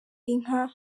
inka